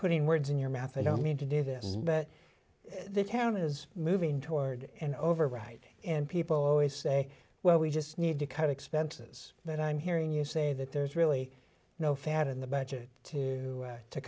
putting words in your mouth i don't mean to do this but the town is moving toward and over right and people always say well we just need to cut expenses that i'm hearing you say that there's really no fat in the budget to